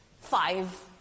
five